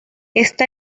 está